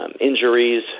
injuries